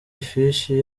ifishi